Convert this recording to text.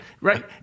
Right